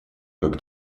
как